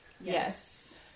Yes